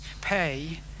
pay